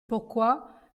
pourquoi